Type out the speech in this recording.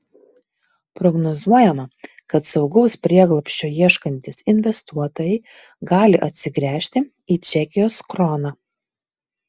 prognozuojama kad saugaus prieglobsčio ieškantys investuotojai gali atsigręžti į čekijos kroną